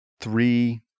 three